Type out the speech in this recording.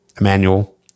Emmanuel